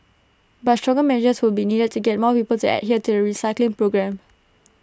but stronger measures will be needed to get more people to adhere to the recycling program